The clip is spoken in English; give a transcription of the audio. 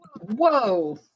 Whoa